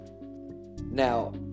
Now